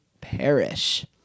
perish